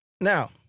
Now